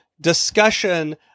discussion